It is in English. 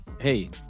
hey